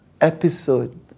episode